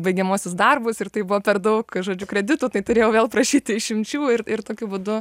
baigiamuosius darbus ir tai buvo per daug žodžiu kreditų kai turėjau vėl prašyti išimčių ir ir tokiu būdu